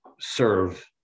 serve